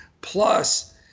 Plus